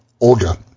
Olga